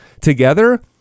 together